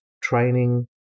training